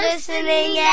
Listening